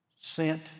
sent